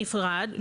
נפרד,